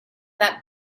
that